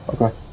okay